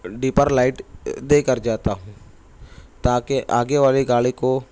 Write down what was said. dipper light دے کر جاتا ہوں تاکہ آگے والی گاڑی کو